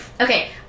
Okay